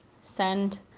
send